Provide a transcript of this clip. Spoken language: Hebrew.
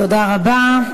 תודה רבה.